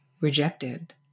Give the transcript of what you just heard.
rejected